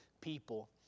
people